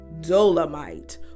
Dolomite